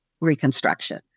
reconstruction